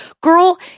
girl